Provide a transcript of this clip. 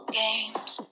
games